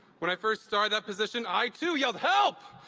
when i first started that position, i too yelled help!